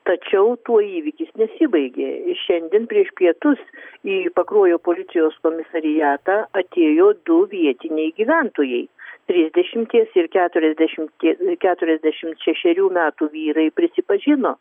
tačiau tuo įvykis nesibaigė ir šiandien prieš pietus į pakruojo policijos komisariatą atėjo du vietiniai gyventojai trisdešimties ir keturiasdešimtie keturiasdešimt šešerių metų vyrai prisipažino